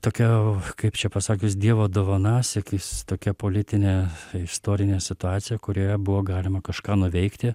tokia kaip čia pasakius dievo dovana sakys tokia politinė istorinė situacija kurioje buvo galima kažką nuveikti